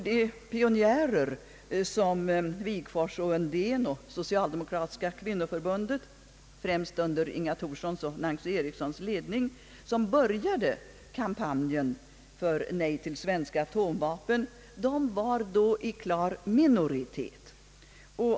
De pionjärer — Wigforss och Undén samt det socialdemokratiska kvinnoförbundet, främst under Inga Thorssons och Nancy Erikssons ledning — som började kampanjen för ett nej till svenskt atomvapen var då i klar minoritet.